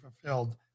fulfilled